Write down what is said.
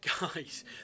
Guys